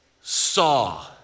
saw